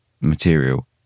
material